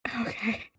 Okay